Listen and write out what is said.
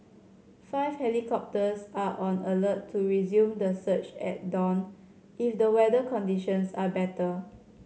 five helicopters are on alert to resume the search at dawn if the weather conditions are better